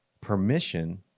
permission